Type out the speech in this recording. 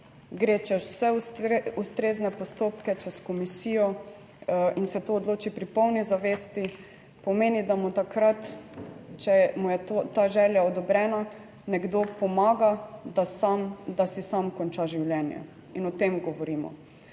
gre čez vse ustrezne postopke, čez komisijo in se to odloči pri polni zavesti, pomeni, da mu takrat, če mu je ta želja odobrena, nekdo pomaga, da si sam konča življenje in o tem govorimo.